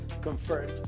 confirmed